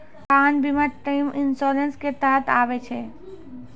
वाहन बीमा term insurance के तहत आबै छै